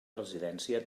residència